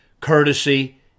courtesy